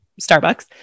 Starbucks